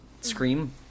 scream